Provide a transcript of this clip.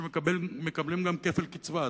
שמקבלים גם כפל קצבה.